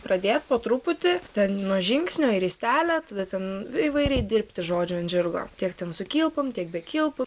pradėt po truputį ten nuo žingsnio į ristelę tada ten įvairiai dirbti žodžiu ant žirgo tiek ten su kilpom tiek be kilpų